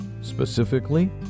Specifically